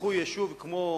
ייקחו יישובים כמו